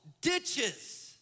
ditches